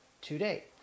today